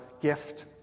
gift